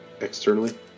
externally